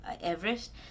Everest